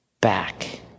back